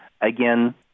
again